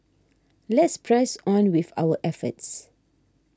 let's press on with our efforts